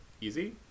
easy